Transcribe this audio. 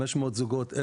500 זוגות,